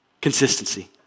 Consistency